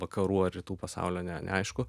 vakarų ar rytų pasaulio ne neaišku